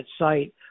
site